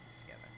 together